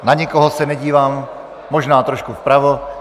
Na nikoho se nedívám, možná trošku vpravo.